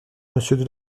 monsieur